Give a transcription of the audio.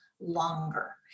longer